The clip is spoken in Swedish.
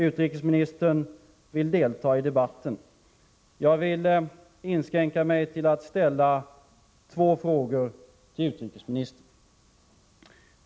Utrikesministern vill nu delta i debatten. Jag inskränker mig till att ställa två frågor till honom: 1.